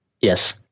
Yes